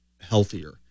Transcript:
healthier